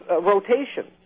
rotation